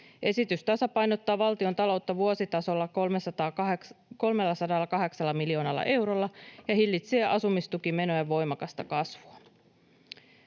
Esitys tasapainottaa valtiontaloutta vuositasolla 308 miljoonalla eurolla ja hillitsee asumistukimenojen voimakasta kasvua.